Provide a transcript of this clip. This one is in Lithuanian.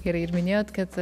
ir ir minėjot kad